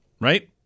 right